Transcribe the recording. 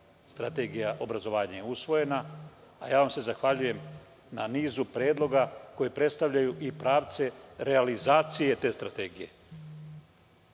Strategija obrazovanja je usvojena, a ja vam se zahvaljujem na nizu predloga koji predstavljaju i pravce realizacije te strategije.